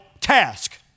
task